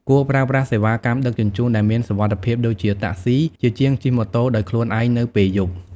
គួរប្រើប្រាស់ សេវាកម្មដឹកជញ្ជូនដែលមានសុវត្ថិភាព ដូចជាតាក់ស៊ី ជាជាងជិះម៉ូតូដោយខ្លួនឯងនៅពេលយប់។